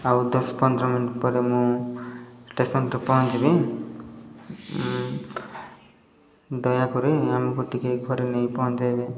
ଆଉ ଦଶ ପନ୍ଦର ମିନିଟ୍ ପରେ ମୁଁ ଷ୍ଟେସନ୍ରେ ପହଞ୍ଚିବି ଦୟାକରି ଆମକୁ ଟିକେ ଘରେ ନେଇ ପହଞ୍ଚେଇବେ